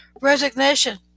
Resignation